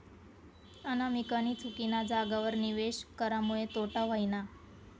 अनामिकानी चुकीना जागावर निवेश करामुये तोटा व्हयना